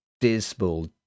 dismal